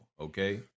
okay